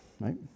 right